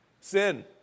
sin